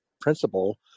principle